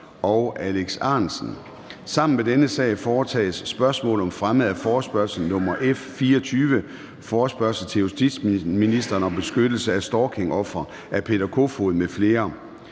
20.02.2024). Sammen med dette punkt foretages: 2) Spørgsmål om fremme af forespørgsel nr. F 24: Forespørgsel til justitsministeren om beskyttelsen af stalkingofre. Af Peter Kofod (DF) m.fl.